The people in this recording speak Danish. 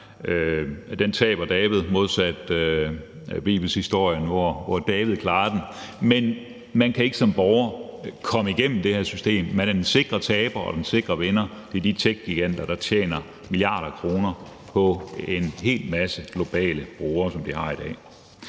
kamp taber David modsat i bibelhistorien, hvor David klarer den. Man kan ikke som borger komme igennem det her system, for man er den sikre taber, og den sikre vinder er de tech-giganter, som tjener milliarder af kroner på en hel masse globale brugere, som de har i dag.